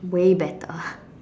way better